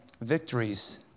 Victories